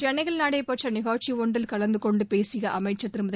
சென்னையில் நடைபெற்ற நிகழ்ச்சி ஒன்றில் கலந்து கொண்டு பேசிய அமைச்சர் திருமதி